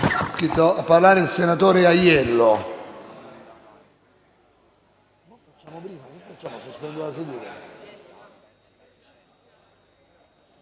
a parlare il senatore De